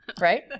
Right